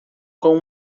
com